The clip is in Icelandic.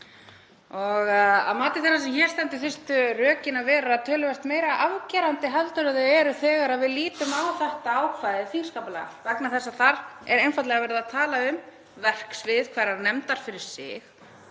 í. Að mati þeirrar sem hér stendur þyrftu rökin að vera töluvert meira afgerandi en þau eru þegar við lítum á þetta ákvæði þingskapalaga vegna þess að þar er einfaldlega verið að tala um verksvið hverrar nefndar fyrir sig.